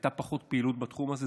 הייתה פחות פעילות בתחום הזה,